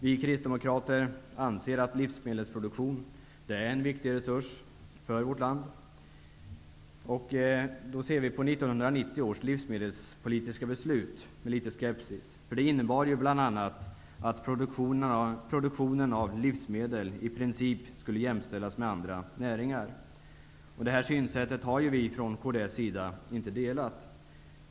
Vi kristdemokrater anser att livsmedelsproduktion är en viktig resurs för vårt land. Därför ser vi på 1990 års livsmedelspolitiska beslut med viss skepsis. Detta beslut innebar bl.a. att produktionen av livsmedel i princip skulle jämställas med andra näringar, ett synsätt som vi i kds inte har delat.